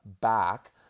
back